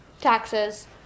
taxes